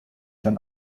dann